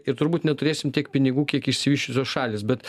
ir turbūt neturėsim tiek pinigų kiek išsivysčiusios šalys bet